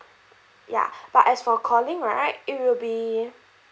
ya but as for calling right it will be